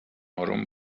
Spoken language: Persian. آروم